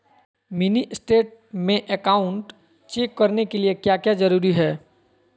Mini state में account check करने के लिए क्या क्या जरूरी है?